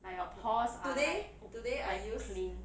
like your pores are quite clean